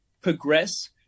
Progress